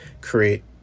create